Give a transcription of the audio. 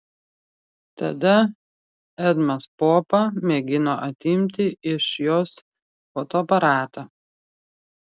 tada edmas popa mėgino atimti iš jos fotoaparatą